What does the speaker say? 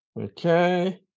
Okay